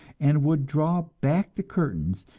and would draw back the curtains,